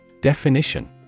Definition